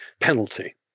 penalty